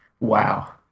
Wow